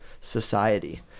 society